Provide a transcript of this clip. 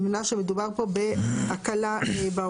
בפסקה (4),